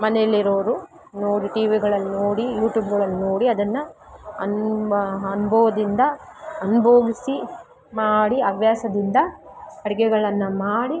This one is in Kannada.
ಮನೆಯಲ್ಲಿರೋರು ನೋಡಿ ಟಿ ವಿಗಳಲ್ಲಿ ನೋಡಿ ಯೂಟ್ಯೂಬ್ಗಳಲ್ಲಿ ನೋಡಿ ಅದನ್ನು ಅನ್ ಅನುಭವದಿಂದ ಅನ್ಬೋಗಸಿ ಮಾಡಿ ಹವ್ಯಾಸದಿಂದ ಅಡಿಗೆಗಳನ್ನು ಮಾಡಿ